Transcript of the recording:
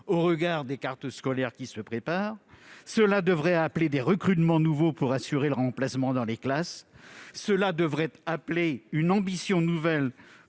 au regard des cartes scolaires qui se préparent. Cela devrait appeler des recrutements nouveaux, pour assurer les remplacements dans les classes. Cela devrait appeler une ambition nouvelle